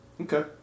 Okay